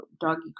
Doggy